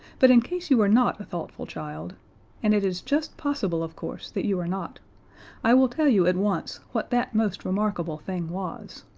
but in case you are not a thoughtful child and it is just possible of course that you are not i will tell you at once what that most remarkable thing was.